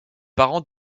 parents